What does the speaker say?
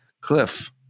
Cliff